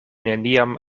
neniam